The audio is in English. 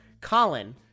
Colin